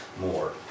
more